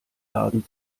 laden